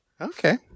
Okay